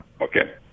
okay